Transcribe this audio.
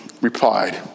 replied